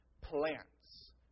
Plants